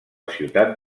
ciutat